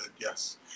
Yes